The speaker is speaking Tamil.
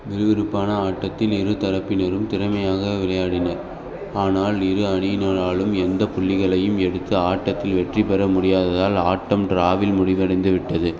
விறுவிறுப்பான ஆட்டத்தில் இரு தரப்பினரும் திறமையாக விளையாடினர் ஆனால் இரு அணியினராலும் எந்த புள்ளிகளையும் எடுத்து ஆட்டத்தில் வெற்றி பெற முடியாததால் ஆட்டம் ட்ராவில் முடிவடைந்துவிட்டது